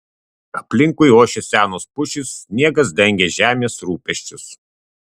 aplinkui ošė senos pušys sniegas dengė žemės rūpesčius